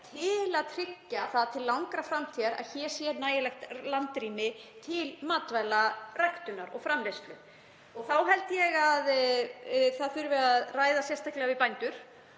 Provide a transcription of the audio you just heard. til að tryggja það til langrar framtíðar að hér sé nægilegt landrými til matvælaræktunar og -framleiðslu. Þá held ég að það þurfi að ræða sérstaklega við bændur